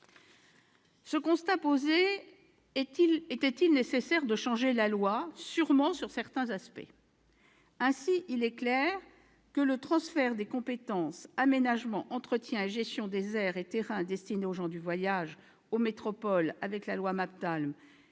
Ce constat étant posé, est-il nécessaire de changer la loi ? Sûrement, sur certains aspects. Ainsi, il est clair que le transfert des compétences « aménagement, entretien et gestion des aires et terrains destinés aux gens du voyage » aux métropoles au travers de la loi MAPTAM,